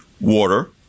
water